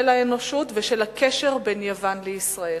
של האנושות ושל הקשר בין יוון לבין ישראל.